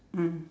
mm